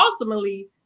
ultimately